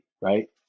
right